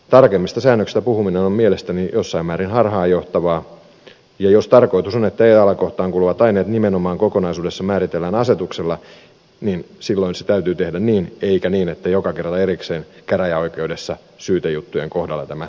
tarkemmista säännöksistä puhuminen on mielestäni jossain määrin harhaanjohtavaa ja jos tarkoitus on että alakohtaan e kuuluvat aineet nimenomaan kokonaisuudessaan määritellään asetuksella niin silloin se täytyy tehdä niin eikä niin että joka kerralla erikseen käräjäoikeudessa syytejuttujen kohdalla tämä kokonaisuus tehdään